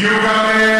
הגיעו גם,